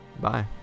Bye